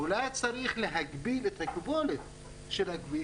אולי צריך להגביל את הקיבולת של הכביש,